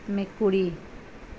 মেকুৰী